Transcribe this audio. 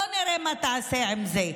בואו נראה מה תעשה עם זה.